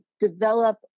develop